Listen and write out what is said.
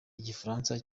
igifaransa